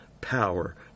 power